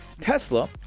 Tesla